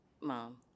Mom